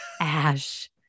Ash